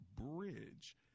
BRIDGE